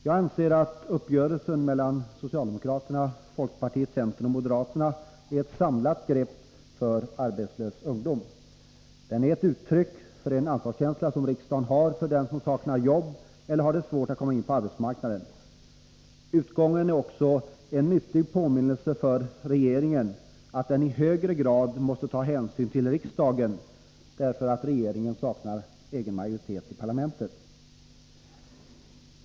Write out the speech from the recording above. Jag anser att uppgörelsen mellan socialdemokraterna, folkpartiet, centern och moderaterna är ett samlat grepp för arbetslös ungdom. Den är ett uttryck för en ansvarskänsla som riksdagen har för dem som saknar jobb eller har svårt att komma in på arbetsmarknaden. Utgången är också en nyttig påminnelse för regeringen att den i högre grad måste ta hänsyn till riksdagen därför att regeringen saknar egen majoritet i parlamentet.